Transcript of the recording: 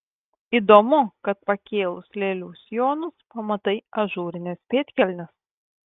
įdomu kad pakėlus lėlių sijonus pamatai ažūrines pėdkelnes